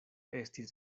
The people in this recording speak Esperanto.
estis